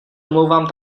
omlouvám